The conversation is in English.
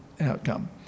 outcome